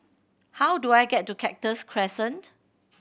how do I get to Cactus Crescent